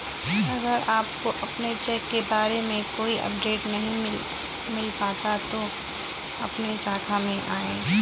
अगर आपको अपने चेक के बारे में कोई अपडेट नहीं मिल पाता है तो अपनी शाखा में आएं